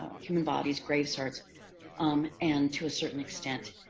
human bodies, grave starts um and to a certain extent,